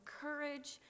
courage